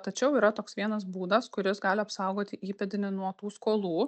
tačiau yra toks vienas būdas kuris gali apsaugoti įpėdinį nuo tų skolų